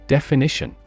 Definition